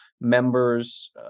members